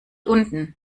unten